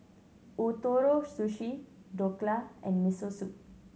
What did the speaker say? Ootoro Sushi Dhokla and Miso Soup